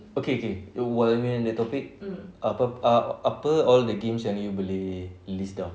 okay okay while we are on the topic uh apa all the games yang you boleh list down